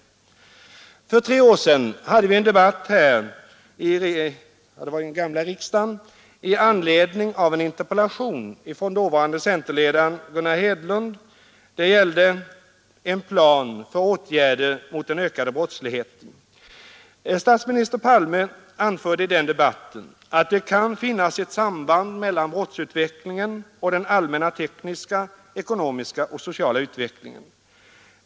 För tre år sedan fördes en debatt i tvåkammarriksdagen i anledning av en interpellation från dåvarande centerledaren Gunnar Hedlund. Den gällde en plan för åtgärder mot den ökade brottsligheten. Statsminister Palme anförde i den debatten att det kan finnas ett samband mellan brottsutvecklingen och den allmänna tekniska, ekonomiska och sociala utvecklingen.